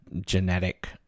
genetic